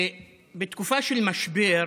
בתקופה של משבר,